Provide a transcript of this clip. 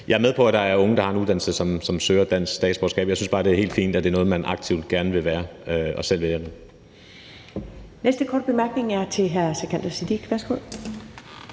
Jeg er med på, at der er unge, der har en uddannelse, og som søger dansk statsborgerskab. Jeg synes bare, det er helt fint, at det er noget, man aktivt gerne vil og selv vælger.